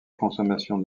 consommation